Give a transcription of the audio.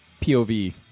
POV